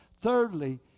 Thirdly